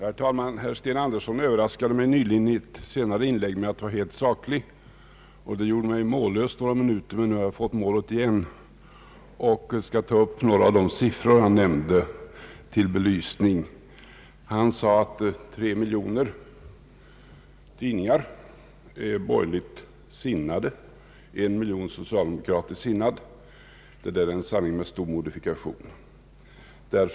Herr talman! Herr Sten Andersson överraskade mig nyss i ett senare inlägg med att vara helt saklig. Det gjorde mig mållös några minuter, men nu har jag fått målföret igen och skall ta upp några av de siffror han nämnde till belysning. Han sade att 3 miljoner tidningsexemplar har borgerlig och 1 miljon exemplar socialdemokratisk inställning. Detta är en sanning med stor modifikation.